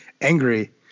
angry